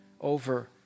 Over